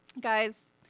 guys